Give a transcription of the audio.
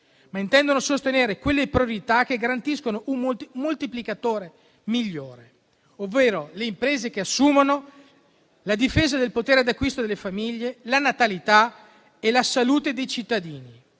ma intendono sostenere quelle priorità che garantiscono un moltiplicatore migliore, ovvero le imprese che assumono, la difesa del potere d'acquisto delle famiglie, la natalità e la salute dei cittadini.